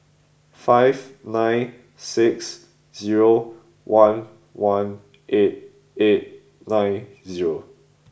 five nine six zero one one eight eight nine zero